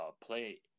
play